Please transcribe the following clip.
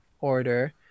order